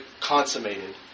consummated